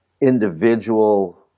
individual